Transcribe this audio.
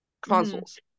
consoles